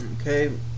Okay